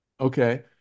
Okay